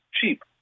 cheap